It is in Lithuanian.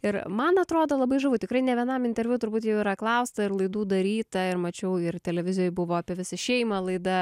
ir man atrodo labai žavu tikrai ne vienam interviu turbūt jau yra klausta ir laidų daryta ir mačiau ir televizijai buvo apie visą šeimą laida